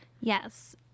Yes